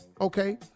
Okay